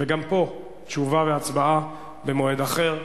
גם פה תשובה והצבעה במועד אחר.